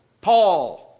Paul